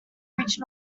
reached